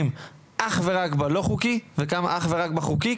אך ורק בלא חוקי וכמה אך ורק בחוקי?